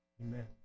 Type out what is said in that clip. Amen